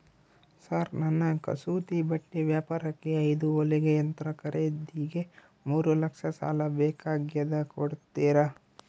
Sir ನನ್ನ ಕಸೂತಿ ಬಟ್ಟೆ ವ್ಯಾಪಾರಕ್ಕೆ ಐದು ಹೊಲಿಗೆ ಯಂತ್ರ ಖರೇದಿಗೆ ಮೂರು ಲಕ್ಷ ಸಾಲ ಬೇಕಾಗ್ಯದ ಕೊಡುತ್ತೇರಾ?